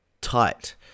tight